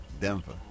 Denver